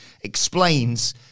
explains